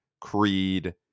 Creed